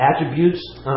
attributes